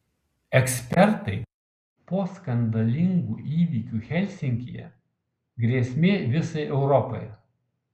ekspertai po skandalingų įvykių helsinkyje grėsmė visai europai